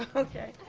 okay,